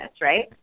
right